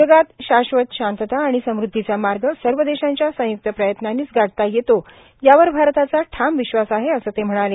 जगात शाश्वत शांतता आणि समृद्धीचा मार्ग सर्व देशांच्या संय्क्त प्रयत्नांनीच गाठता येतो यावर भारताचा ठाम विश्वास आहे असं ते म्हणाले